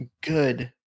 good